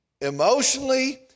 emotionally